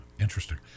interesting